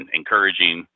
encouraging